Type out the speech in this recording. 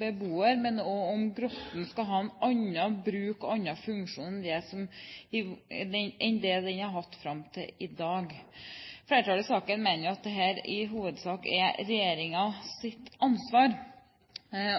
beboer, men også om Grotten skal ha en annen bruk og annen funksjon enn det den har hatt fram til i dag. Flertallet i saken mener at det i hovedsak er regjeringens ansvar,